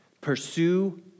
Pursue